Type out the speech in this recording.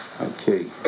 okay